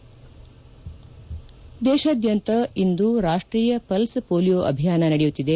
ದೇಶಾದ್ಯಂತ ಇಂದು ರಾಷ್ಟೀಯ ಪಲ್ಪ ಪೋಲಿಯೋ ಅಭಿಯಾನ ನಡೆಯುತ್ತಿದೆ